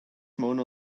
mona